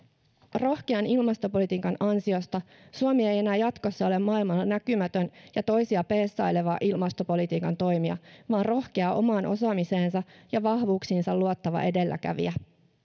rohkean ilmastopolitiikan ansiosta suomi ei enää jatkossa ole maailmalla näkymätön ja toisia peesaileva ilmastopolitiikan toimija vaan rohkea omaan osaamiseensa ja vahvuuksiinsa luottava edelläkävijä